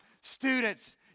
Students